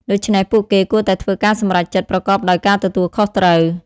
ដូច្នេះពួកគេគួរតែធ្វើការសម្រេចចិត្តប្រកបដោយការទទួលខុសត្រូវ។